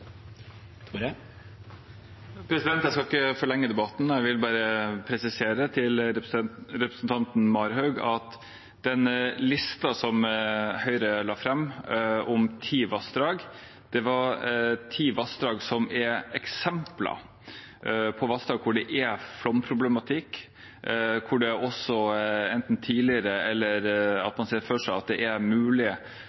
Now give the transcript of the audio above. Jeg skal ikke forlenge debatten, men jeg vil bare presisere til representanten Marhaug at den lista som Høyre la fram om ti vassdrag, det var ti vassdrag som er eksempler på vassdrag hvor det er flomproblematikk, og hvor en ser for seg at det er mulig å kunne gjøre en skånsom utbygging. Det er ikke sånn at